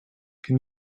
can